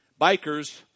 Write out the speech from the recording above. bikers